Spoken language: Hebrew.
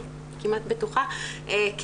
אני כמעט בטוחה,